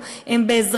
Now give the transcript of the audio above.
הם,